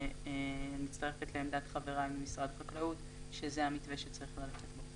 לכן אני מצטרפת לעמדת חבריי ממשרד החקלאות שזה המתווה שצריך ללכת בו.